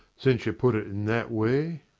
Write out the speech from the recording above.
since you put it in that way,